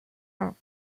ans